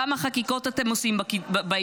כמה חקיקות אתם עושים בעניין?